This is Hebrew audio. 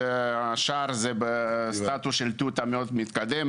והשאר הם בסטטוס של טיוטה מאוד מתקדמת.